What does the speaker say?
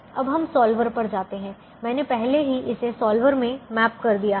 अब हम सॉल्वर पर जाते हैं मैंने पहले ही इसे सॉल्वर में मैप कर दिया है